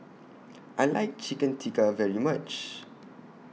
I like Chicken Tikka very much